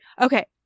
Okay